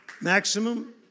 Maximum